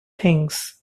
things